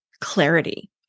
clarity